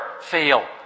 fail